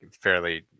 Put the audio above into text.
fairly